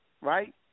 right